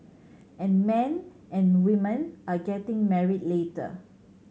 and men and women are getting married later